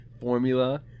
formula